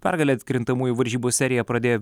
pergale atkrintamųjų varžybų seriją pradėjo